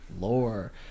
Lore